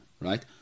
right